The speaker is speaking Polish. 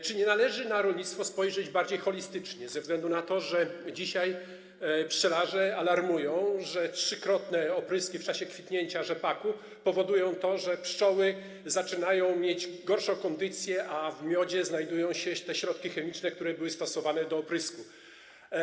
Czy nie należy na rolnictwo spojrzeć bardziej holistycznie ze względu na to, że dzisiaj pszczelarze alarmują, iż trzykrotne opryski w czasie kwitnięcia rzepaku powodują to, że pszczoły zaczynają mieć gorszą kondycję, a w miodzie znajdują się te środki chemiczne, które były stosowane do oprysku?